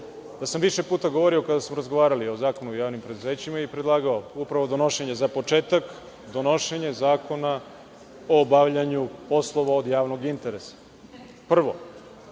da sam više puta govorio kada smo razgovarali o Zakonu o javnim preduzećima i predlagao, upravo, donošenje, za početak, zakona o obavljanju poslova od javnog interesa, prvo.